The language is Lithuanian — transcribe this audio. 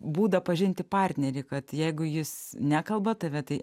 būdą pažinti partnerį kad jeigu jis nekalba tave tai